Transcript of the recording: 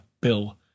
Bill